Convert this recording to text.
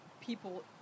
people